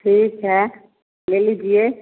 ठीक है ले लीजिए